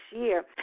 year